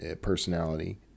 personality